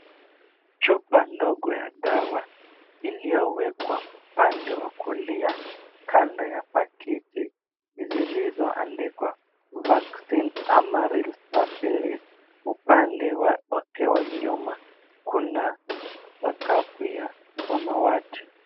Chupa ndogo ya dawa iliyowekwa upande wa kulia kando ya pakiti zilizoandikwa [ez]vaccine amarel stabilize. Upande wake wa nyuma kuna sakafu ya samawati.